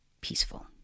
peaceful